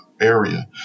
area